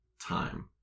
time